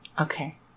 Okay